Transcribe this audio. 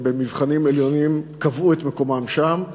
שבמבחנים עליונים קבעו את מקומם שם,